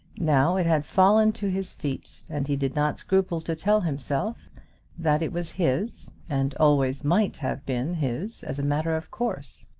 now it had fallen to his feet, and he did not scruple to tell himself that it was his, and always might have been his as a matter of course.